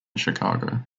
chicago